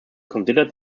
considered